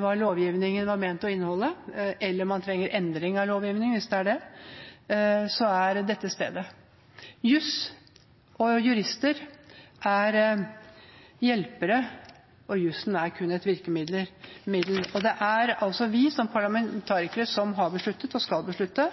hva lovgivningen var ment å inneholde, eller man trenger endring av lovgivningen. Hvis det er det som gjelder, er dette stedet. Juss og jurister er hjelpere, og jussen er kun et virkemiddel. Det er vi som parlamentarikere som har besluttet, og skal beslutte,